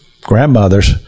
grandmothers